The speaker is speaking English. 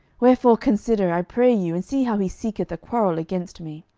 wherefore consider, i pray you, and see how he seeketh a quarrel against me.